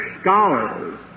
scholars